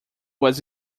was